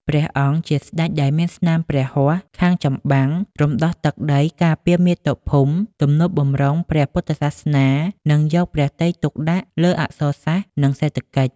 ព្រះអង្គជាស្ដេចដែលមានស្នាព្រះហស្ថខាងចម្បាំង រំដោះទឹកដី ការពារមាតុភូមិ ទំនុកបម្រុងព្រះពុទ្ធសាសនា និងយកព្រះទ័យទុកដាក់លើអក្សរសាស្ត្រ និងសេដ្ឋកិច្ច